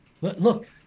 look